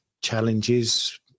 challenges